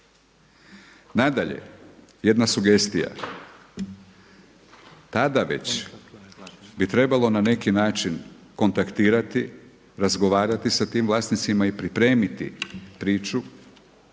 Nadalje, jedna sugestija. Tada već bi trebalo na neki način kontaktirati, razgovarati sa tim vlasnicima i pripremiti priču